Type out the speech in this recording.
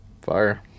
Fire